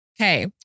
Okay